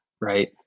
right